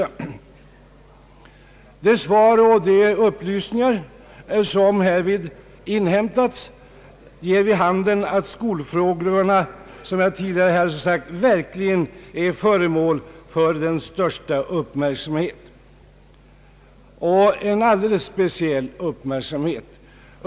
De svar och upplysningar som därvid inhämtats ger vid handen att skolfrågorna är föremål för den största uppmärksamhet.